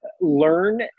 learn